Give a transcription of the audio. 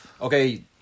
okay